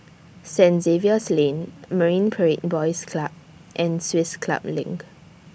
Saint Xavier's Lane Marine Parade Boys Club and Swiss Club LINK